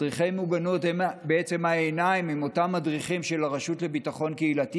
מדריכי המוגנות הם אותם מדריכים של הרשות לביטחון קהילתי,